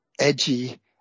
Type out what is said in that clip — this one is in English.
edgy